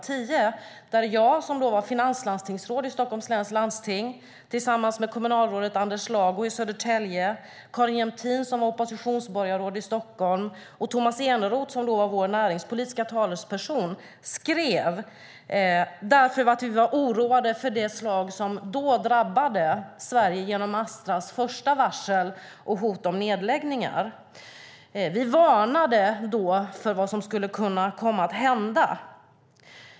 Det var jag, som då var finanslandstingsråd i Stockholms läns landsting, tillsammans med kommunalrådet Anders Lago i Södertälje, Karin Jämtin, som var oppositionsborgarråd i Stockholm, och Tomas Eneroth, som då var vår näringspolitiska talesperson, som skrev den eftersom vi var oroliga för det slag som då drabbade Sverige genom Astras första varsel och hot om nedläggningar. Vi varnade då för vad som skulle kunna hända.